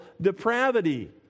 depravity